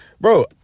Bro